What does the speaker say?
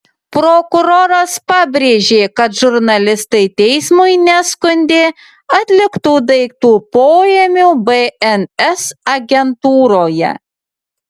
prokuroras pabrėžė kad žurnalistai teismui neskundė atliktų daiktų poėmių bns agentūroje